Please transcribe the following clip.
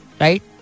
right